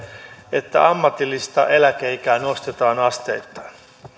että ammatillista eläkeikää nostetaan asteittain